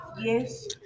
Yes